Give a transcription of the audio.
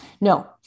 No